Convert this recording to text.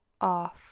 off